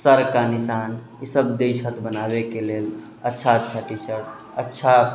सरके निशान ई सब दै छथि बनाबैके लेल अच्छा अच्छा टीचर अच्छा